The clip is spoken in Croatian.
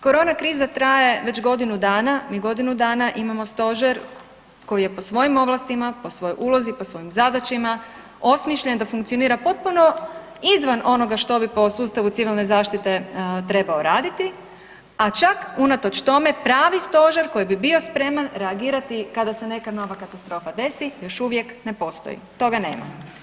Korona kriza traje već godinu dana, mi godinu dana imamo stožer koji je po svojim ovlastima, po svojoj ulozi, po svojim zadaćama osmišljen da funkcionira potpuno izvan onoga što bi po sustavu civilne zaštite trebao raditi, a čak unatoč tome pravi stožer koji bi bio spreman reagirati kada se neka nova katastrofa desi, još uvijek ne postoji, toga nema.